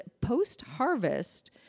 post-harvest